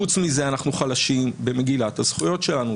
חוץ מזה אנחנו חלשים במגילת הזכויות שלנו.